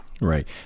Right